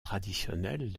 traditionnels